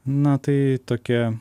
na tai tokia